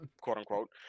quote-unquote